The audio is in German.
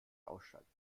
ausschalten